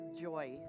joy